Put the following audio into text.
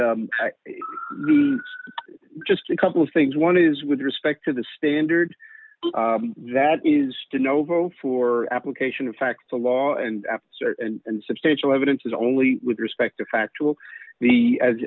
just a couple of things one is with respect to the standard that is to know both for application of fact to law and after and substantial evidence is only with respect to factual the as